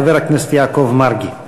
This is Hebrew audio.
חבר הכנסת יעקב מרגי.